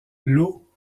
l’eau